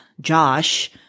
Josh